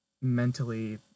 mentally